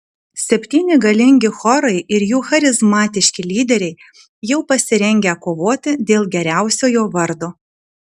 septyni galingi chorai ir jų charizmatiški lyderiai jau pasirengę kovoti dėl geriausiojo vardo